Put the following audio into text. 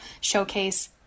showcase